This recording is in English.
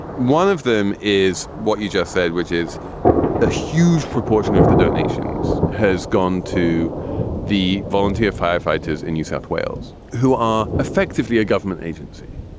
one of them is what you just said, which is a huge proportion of the donations has gone to the volunteer firefighters in new south wales who are effectively a government agency.